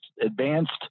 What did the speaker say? advanced